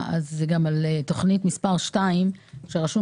214-215 משרד